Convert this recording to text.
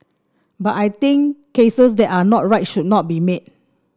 but I think cases that are not right should not be made